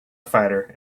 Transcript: fighter